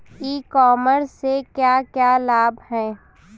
ई commerce से क्या क्या लाभ हैं?